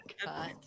cut